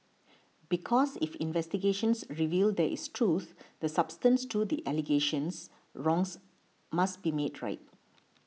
because if investigations reveal there is truth the substance to the allegations wrongs must be made right